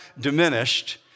diminished